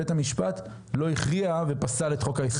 בית המשפט לא הכריע ופסל את חוק-היסוד.